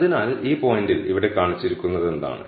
അതിനാൽ ഈ പോയിന്റിൽ ഇവിടെ കാണിച്ചിരിക്കുന്നത് എന്താണ്